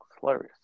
Hilarious